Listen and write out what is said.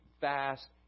fast